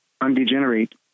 undegenerate